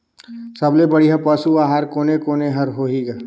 सबले बढ़िया पशु आहार कोने कोने हर होही ग?